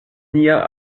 nia